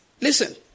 Listen